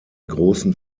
großen